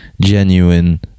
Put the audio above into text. genuine